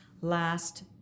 last